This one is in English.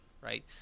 right